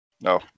No